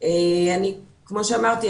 כמו שאמרתי,